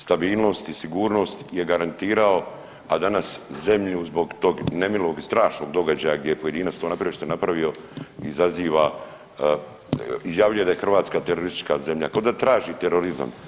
Stabilnost i sigurnost je garantirao, a danas zemlju zbog tog nemilog i strašnog događaja gdje je … [[Govornik se ne razumije]] to napravio što je napravio izaziva, izjavljuje da je Hrvatska teroristička zemlja, koda traži terorizam.